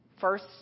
First